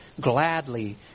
gladly